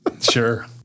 Sure